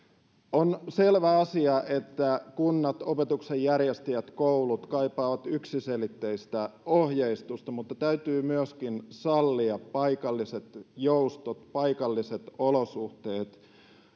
on selvä asia että kunnat opetuksen järjestäjät koulut kaipaavat yksiselitteistä ohjeistusta mutta täytyy myöskin sallia paikalliset joustot paikalliset olosuhteet